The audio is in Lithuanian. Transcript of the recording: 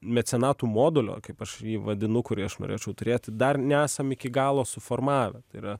mecenatų modulio kaip aš jį vadinu kurį aš norėčiau turėti dar nesam iki galo suformavę tai yra